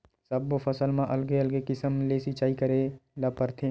सब्बो फसल म अलगे अलगे किसम ले सिचई करे ल परथे